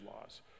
laws